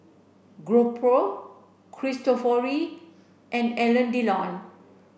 GoPro Cristofori and Alain Delon